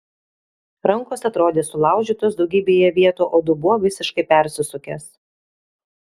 rankos atrodė sulaužytos daugybėje vietų o dubuo visiškai persisukęs